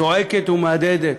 זועקת ומהדהדת: